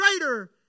greater